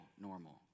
normal